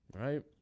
Right